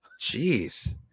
Jeez